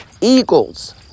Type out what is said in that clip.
eagles